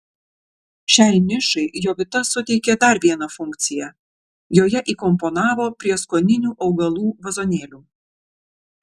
šiai nišai jovita suteikė dar vieną funkciją joje įkomponavo prieskoninių augalų vazonėlių